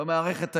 במערכת היום.